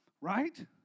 right